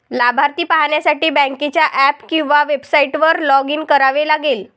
लाभार्थी पाहण्यासाठी बँकेच्या ऍप किंवा वेबसाइटवर लॉग इन करावे लागेल